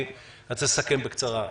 אני רוצה לסכם בקצרה.